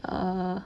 err